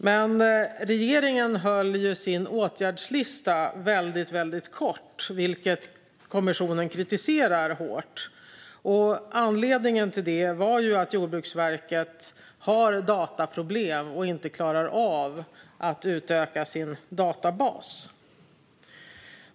Men regeringen höll sin åtgärdslista väldigt kort, vilket kommissionen kritiserar hårt. Anledningen till det var att Jordbruksverket har dataproblem och inte klarar av att utöka sin databas.